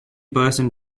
person